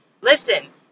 Listen